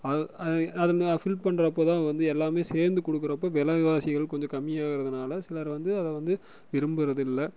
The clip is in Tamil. அது அது அது ம ஃபில் பண்றப்போ தான் வந்து எல்லாமே சேர்ந்து கொடுக்குறப்ப விலவாசிகள் கொஞ்சம் கம்மியாகுறதுனால சிலர் வந்து அதை வந்து விரும்புறதில்லை